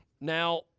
Now